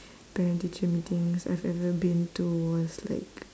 parent teacher meetings I've ever been to was like